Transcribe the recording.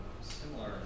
similar